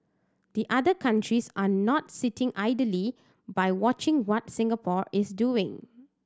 the other countries are not sitting idly by watching what Singapore is doing